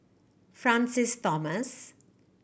Francis Thomas